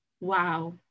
wow